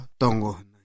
tongo